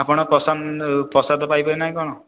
ଆପଣ ପସନ୍ଦ ପ୍ରସାଦ ପାଇବେ ନା କ'ଣ